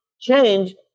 Change